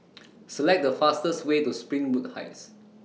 Select The fastest Way to Springwood Heights